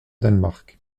danemark